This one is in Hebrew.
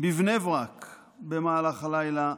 בבני ברק במהלך הלילה